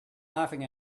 laughing